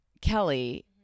Kelly